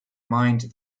mind